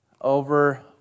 over